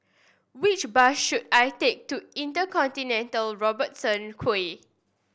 which bus should I take to InterContinental Robertson Quay